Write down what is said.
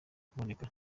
kuboneka